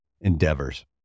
endeavors